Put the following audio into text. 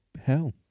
hell